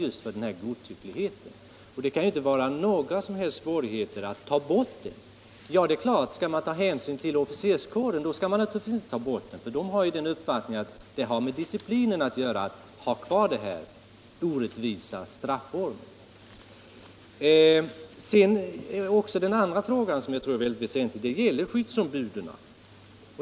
Det kan inte vara svårt på något sätt att ta bort den godtyckligheten. Ja, om man skall ta hänsyn till officerskåren, skall man naturligtvis inte ta bort den, för officerskåren har ju uppfattningen att det har betydelse för disciplinen att man har kvar den här orättvisa straffformen. Den andra frågan som jag tycker är väldigt väsentlig gäller skyddsombuden.